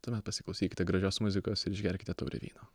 tuomet pasiklausykite gražios muzikos ir išgerkite taurę vyno